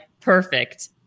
perfect